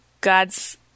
God's